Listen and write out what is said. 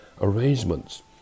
arrangements